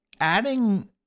adding